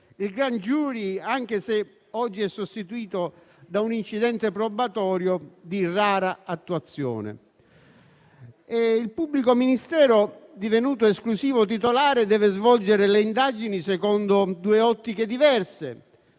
il *grand jury,* anche se oggi sostituito da un incidente probatorio di rara attuazione. Il pubblico ministero, divenuto esclusivo titolare, deve svolgere le indagini secondo due ottiche diverse: